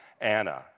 Anna